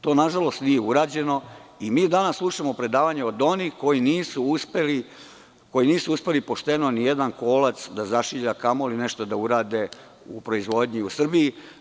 To nažalost nije urađeno i mi danas slušamo predavanja od onih koji nisu uspeli pošteno nijedan kolac da zašilje, a kamoli nešto da urade u proizvodnji u Srbiji.